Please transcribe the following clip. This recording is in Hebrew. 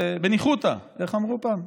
בניחותא, איך אמרו פעם?